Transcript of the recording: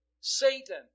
Satan